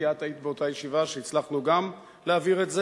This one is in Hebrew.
כי את היית באותה ישיבה שהצלחנו גם להעביר את זה,